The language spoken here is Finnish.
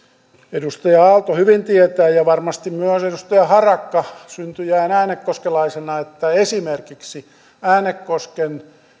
edustaja aalto hyvin tietää ja varmasti myös edustaja harakka syntyjään äänekoskelaisena että esimerkiksi äänekosken